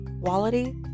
quality